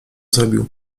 zrobił